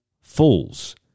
Fools